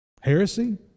heresy